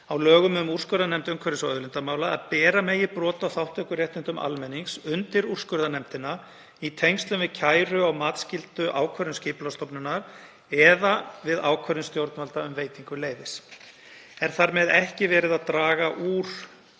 á lögum um úrskurðarnefnd umhverfis- og auðlindamála að bera megi brot á þátttökuréttindum almennings undir úrskurðarnefndina í tengslum við kæru á matsskylduákvörðun Skipulagsstofnunar eða ákvörðun stjórnvalda um veitingu leyfis. Er þar með ekki verið að draga úr